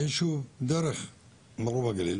הישוב דרך מרום הגליל,